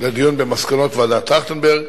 לדיון במסקנות ועדת-טרכטנברג,